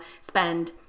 spend